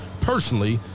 personally